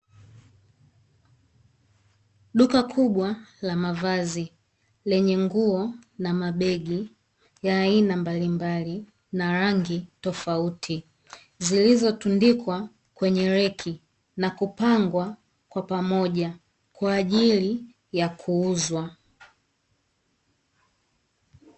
Duka kubwa la mavazi lenye nguo na mabegi ya aina mbalimbali na rangi tofauti, zilizotundikwa kwenye reki na kupangwa kwa pamoja kwa ajili ya kuuzwa.